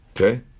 okay